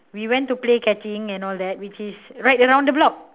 we went to play catching and all that which is right around the block